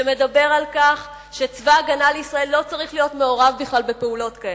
שמדברת על כך שצבא-הגנה לישראל לא צריך להיות מעורב בכלל בפעולות כאלה,